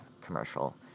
commercial